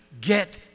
get